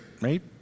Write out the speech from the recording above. right